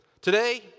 Today